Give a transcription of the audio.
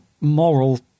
moral